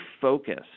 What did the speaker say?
focused